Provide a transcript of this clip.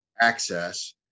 access